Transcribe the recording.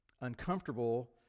uncomfortable